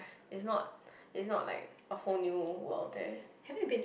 it's not it's not like a whole new world there